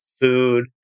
food